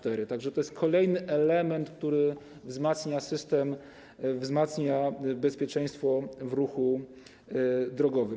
Tak że to jest kolejny element, który wzmacnia system, wzmacnia bezpieczeństwo w ruchu drogowym.